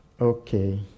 Okay